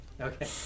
okay